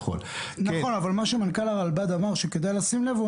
אבל יש משהו שמנכ"ל הרלב"ד אמר שכדאי לשים לב אליו.